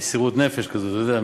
במסירות נפש כזאת, אתה יודע,